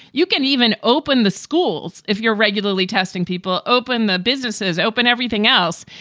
you can even open the schools if you're regularly testing people, open the businesses, open everything else.